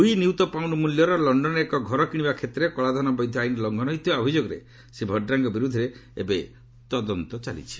ଦୁଇ ନିୟୁତ ପାଉଣ୍ଡ ମୂଲ୍ୟର ଲକ୍ଷନରେ ଏକ ଘର କିଣିବା କ୍ଷେତ୍ରରେ କଳାଧନ ବୈଧ ଆଇନ୍ ଲଙ୍ଘନ ହୋଇଥିବା ଅଭିଯୋଗରେ ଶ୍ରୀ ଭଡ୍ରାଙ୍କ ବିରୁଦ୍ଧରେ ଏବେ ତଦନ୍ତ ଚାଲିଛି